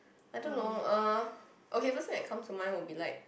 I don't know uh okay first thing that comes to mind will be like